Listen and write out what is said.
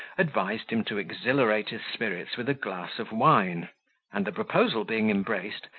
advised him to exhilarate his spirits with a glass of wine and the proposal being embraced,